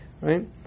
right